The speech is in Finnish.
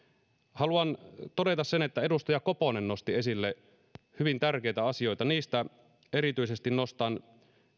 haluan todeta sen että edustaja koponen nosti esille hyvin tärkeitä asioita niistä nostan esille erityisesti